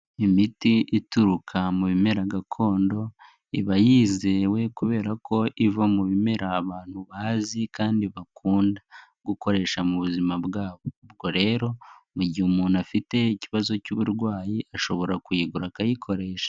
Imiti ituruka mu bimera gakondo, iba yizewe kubera ko iva mu bimera abantu bazi kandi bakunda. Gukoresha mu buzima bwabo. Ubwo rero mu gihe umuntu afite ikibazo cy'uburwayi, ashobora kuyigura akayikoresha.